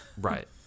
Right